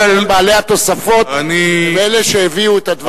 שכן בעלי התוספות הם אלה שהביאו את הדברים.